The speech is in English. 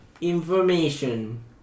information